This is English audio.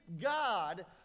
God